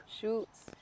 Shoots